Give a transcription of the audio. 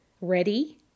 ready